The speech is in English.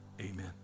Amen